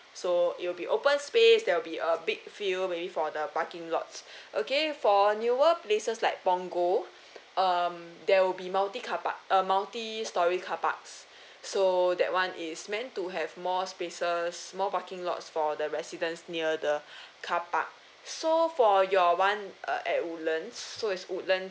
so it will be open space there will be a big field maybe for the parking lot okay for newer places like punggol um there will be multi carpark uh multi storey car parks so that one is meant to have more spaces more parking lots for the residents near the carpark so for your one uh at woodlands so its woodlands